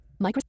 Microsoft